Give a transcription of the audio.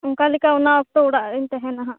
ᱚᱱᱠᱟᱞᱮᱠᱟ ᱚᱱᱟ ᱚᱠᱛᱚ ᱚᱲᱟᱜ ᱨᱤᱧ ᱛᱟᱦᱮᱸᱱᱟ ᱦᱟᱜ ᱦᱚᱸ